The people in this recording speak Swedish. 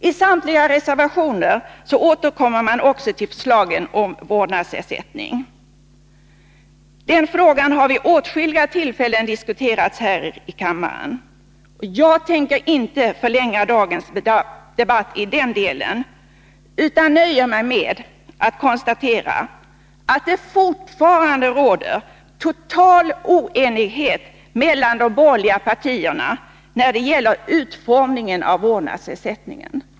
I samtliga reservationer återkommer man också till förslagen om vårdnadsersättning. Den frågan har vid åtskilliga tillfällen diskuterats här i kammaren. Jag tänker inte förlänga dagens debatt i den delen, utan nöjer mig med att konstatera att det fortfarande råder total oenighet mellan de borgerliga partierna när det gäller utformningen av en vårdnadsersättning.